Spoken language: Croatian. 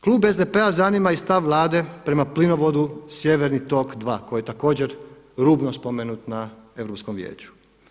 Klub SDP-a zanima i stav Vlade prema plinovodu Sjeverni tok 2 koji je također rubno spomenut na Europskom vijeću.